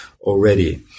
already